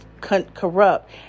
corrupt